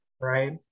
right